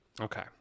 Okay